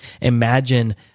Imagine